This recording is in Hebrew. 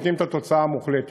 נותנים את התוצאה המוחלטת,